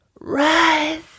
Rise